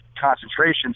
concentrations